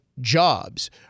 jobs